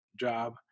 job